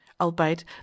Albeit